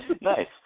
Nice